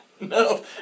no